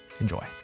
Enjoy